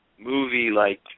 movie-like